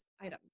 items